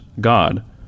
God